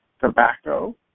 tobacco